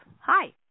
Hi